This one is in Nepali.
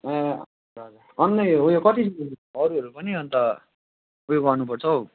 ए हजुर हजुर अनि उयो कति अरूहरू पनि अन्त उयो गर्नु पर्छ हौ